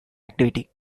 activity